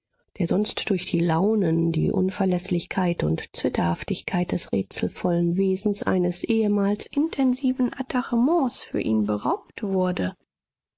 der sonst durch die launen die unverläßlichkeit und zwitterhaftigkeit des rätselvollen wesens eines ehemals intensiven attachements für ihn beraubt wurde